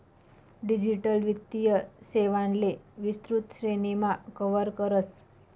digital वित्तीय सेवांले विस्तृत श्रेणीमा कव्हर करस